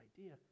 idea